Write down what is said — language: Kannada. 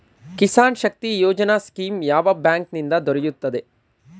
ಕಿಸಾನ್ ಶಕ್ತಿ ಯೋಜನಾ ಸ್ಕೀಮ್ ಯಾವ ಬ್ಯಾಂಕ್ ನಿಂದ ದೊರೆಯುತ್ತದೆ?